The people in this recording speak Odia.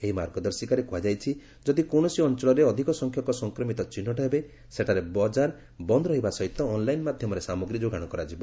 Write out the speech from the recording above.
ଏହି ମାର୍ଗଦର୍ଶିକାରେ କୃହାଯାଇଛି ଯଦି କୌଣସି ଅଞ୍ଚଳରେ ଅଧିକ ସଂଖ୍ୟକ ସଂକ୍ରମିତ ଚିହ୍ନଟ ହେବେ ସେଠାରେ ବଜାର ବନ୍ଦ୍ ରହିବା ସହିତ ଅନ୍ଲାଇନ୍ ମାଧ୍ୟମରେ ସାମଗ୍ରୀ ଯୋଗାଣ କରାଯିବ